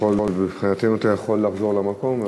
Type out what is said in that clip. מבחינתנו אתה יכול לחזור למקום.